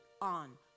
on